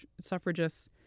suffragists